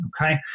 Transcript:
okay